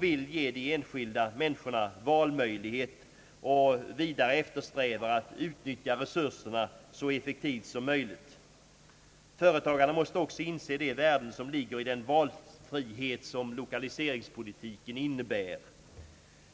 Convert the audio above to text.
vill ge de enskilda människorna valmöjligheter och vidare eftersträvar att utnyttja resurserna så effektivt som möjligt. Företagarna måste också inse de värden som ligger i den valfrihet som lokaliseringspolitiken innebär.